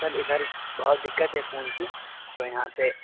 سر ادھر بہت دقت ہے فون کی تو یہاں پہ